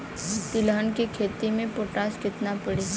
तिलहन के खेती मे पोटास कितना पड़ी?